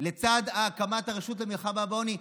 לצד הקמת רשות למלחמה בעוני,